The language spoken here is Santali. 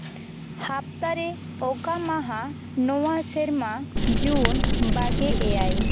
ᱦᱟᱯᱛᱟᱨᱮ ᱚᱠᱟ ᱢᱟᱦᱟ ᱱᱚᱣᱟ ᱥᱮᱨᱢᱟ ᱡᱩᱱ ᱵᱟᱜᱮ ᱮᱭᱟᱭ